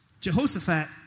Jehoshaphat